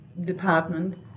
department